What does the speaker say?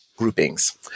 Groupings